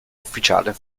ufficiale